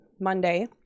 Monday